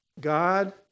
God